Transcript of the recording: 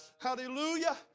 Hallelujah